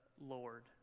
Lord